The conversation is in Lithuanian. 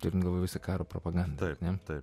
turint galvoje visą karo propagandą gamta